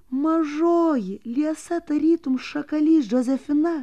mažoji liesa tarytum šakalys džozefina